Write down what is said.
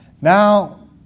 Now